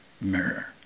mirror